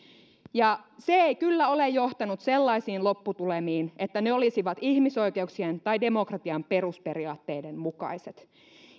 se ei kyllä ole johtanut sellaisiin lopputulemiin että ne olisivat ihmisoikeuksien tai demokratian perusperiaatteiden mukaiset